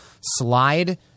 slide –